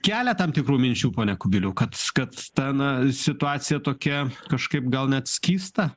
kelia tam tikrų minčių pone kubiliau kad kad ta na situacija tokia kažkaip gal net skysta